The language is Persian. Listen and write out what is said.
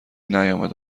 نیامد